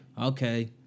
Okay